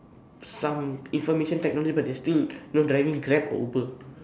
some information technology but they are still you know driving Grab or Uber